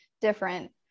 different